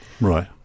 Right